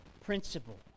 principle